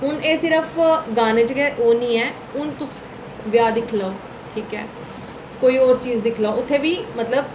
हून एह् सिर्फ गाने च गै ओह् निं ऐ हून तुस ब्याह् दिक्खी लैओ ठीक ऐ कोई होर चीज दिक्खी लैओ उत्थै बी मतलब